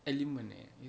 element eh